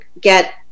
get